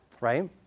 right